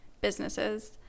businesses